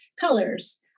colors